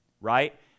right